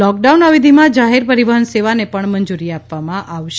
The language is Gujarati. લોકડાઉન અવધિમાં જાહેર પરિવહન સેવાને પણ મંજૂરી આપવામાં આવશે